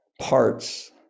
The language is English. parts